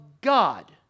God